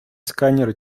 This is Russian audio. сканеры